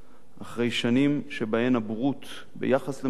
אחרי שנים שבהן הבורות ביחס למקורותינו,